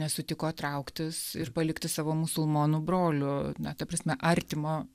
nesutiko trauktis ir palikti savo musulmonų brolių na ta prasme artimo